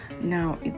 now